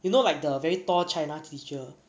you know like the very tall china teacher